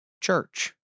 church